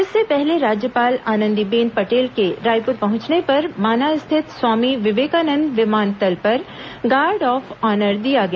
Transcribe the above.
इससे पहले राज्यपाल आनंदीबेन पटेल के रायपुर पहुंचने पर माना स्थित स्वामी विवेकानंद विमानतल पर गार्ड ऑफ ऑनर दिया गया